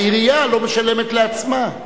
העירייה לא משלמת לעצמה.